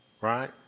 right